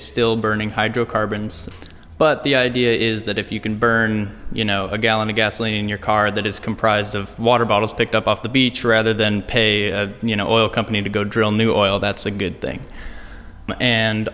still burning hydrocarbons but the idea is that if you can burn you know a gallon of gasoline in your car that is comprised of water bottles picked up off the beach rather than pay you know oil company to go drill new oil that's a good thing and